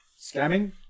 Scamming